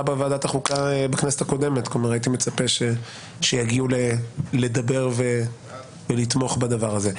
בוועדת החוקה בכנסת הקודמת אז הייתי מצפה שיגיעו לדבר ולתמוך בדבר הזה.